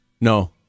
No